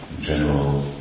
general